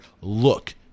Look